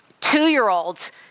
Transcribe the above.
Two-year-olds